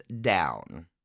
down